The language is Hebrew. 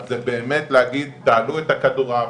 אז זה באמת להגיד תעלו את הכדורעף,